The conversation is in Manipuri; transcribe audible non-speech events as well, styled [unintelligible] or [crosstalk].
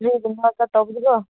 [unintelligible] ꯇꯧꯕꯗꯤꯀꯣ